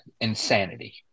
insanity